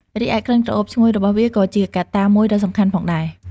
រីឯ ក្លិនក្រអូបឈ្ងុយ របស់វាក៏ជាកត្តាមួយដ៏សំខាន់ផងដែរ។